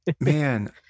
Man